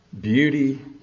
beauty